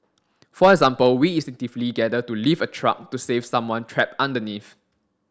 for example we instinctively gather to lift a truck to save someone trapped underneath